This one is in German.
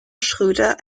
schröder